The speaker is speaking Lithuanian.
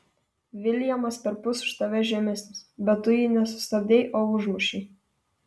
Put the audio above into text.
viljamas perpus už tave žemesnis bet tu jį ne sustabdei o užmušei